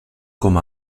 com